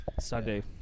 Sunday